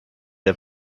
der